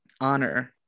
honor